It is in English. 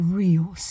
real